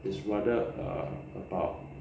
is rather err about